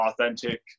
authentic